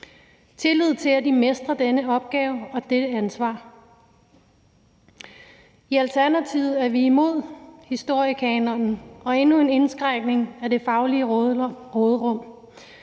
tillid til, at de mestrer denne opgave og dette ansvar. I Alternativet er vi imod historiekanonen og endnu en indskrænkning af det faglige råderum